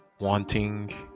wanting